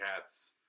cats